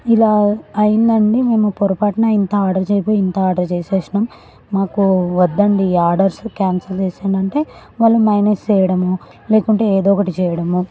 ఇలా అయిందండి మేము పొరపాటున ఇంత ఆర్డర్ చేయబోయి ఇంత ఆర్డర్ చేసేసినాం మాకు వద్దండి ఆర్డర్స్ క్యాన్సిల్ చేసేయండంటే వాళ్ళు మైనస్ చేయడమో లేకుంటే ఏదో ఒకటి చేయడమో